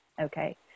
okay